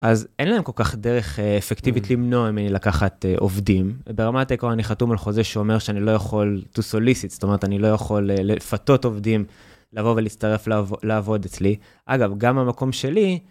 אז אין להם כל כך דרך אפקטיבית למנוע ממני לקחת עובדים. ברמת העיקרון אני חתום על חוזה שאומר שאני לא יכול to solicits, זאת אומרת, אני לא יכול לפתות עובדים לבוא ולהצטרף לעבוד אצלי. אגב, גם המקום שלי...